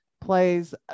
plays